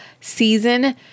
season